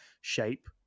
shape